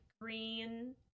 green